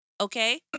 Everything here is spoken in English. okay